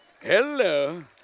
Hello